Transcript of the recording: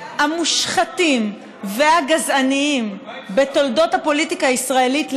המושחתים והגזענים בתולדות הפוליטיקה הישראלית,